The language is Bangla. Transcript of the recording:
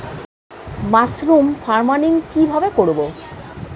মাসরুম ফার্মিং কি ভাবে করব?